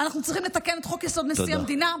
פה אנחנו צריכים לתקן את חוק-יסוד: נשיא המדינה,